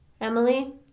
emily